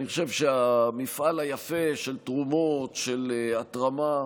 אני חושב שהמפעל היפה של תרומות והתרמה,